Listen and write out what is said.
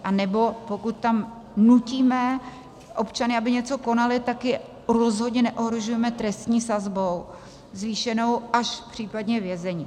Anebo pokud tam nutíme občany, aby něco konali, tak je rozhodně neohrožujeme trestní sazbou zvýšenou až případně vězení.